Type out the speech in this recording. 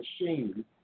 machine